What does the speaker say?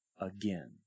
again